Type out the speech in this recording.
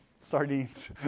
Sardines